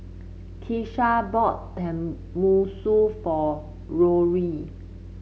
Keesha bought Tenmusu for Rory